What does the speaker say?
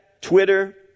Twitter